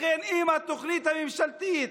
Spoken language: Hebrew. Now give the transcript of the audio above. לכן, אם בתוכנית הממשלתית